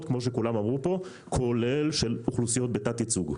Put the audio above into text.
כמו שכולם אמרו כאן כולל של אוכלוסיות בתת ייצוג.